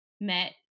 met